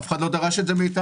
אף אחד לא דרש את זה מאתנו.